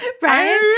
Brian